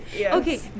Okay